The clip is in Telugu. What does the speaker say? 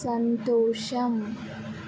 సంతోషం